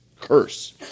curse